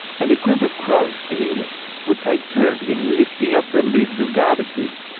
and a group of crows in england would take turns in lifting up the lids of garbage bins,